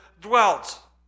dwelt